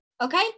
okay